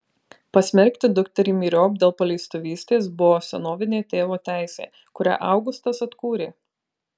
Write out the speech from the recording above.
pasmerkti dukterį myriop dėl paleistuvystės buvo senovinė tėvo teisė kurią augustas atkūrė